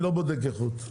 אני לא בודק איכות.